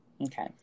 Okay